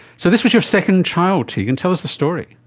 so this was your second child, tegan, tell us the story.